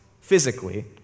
physically